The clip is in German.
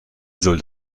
soll